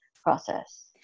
process